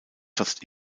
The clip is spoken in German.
fast